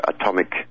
atomic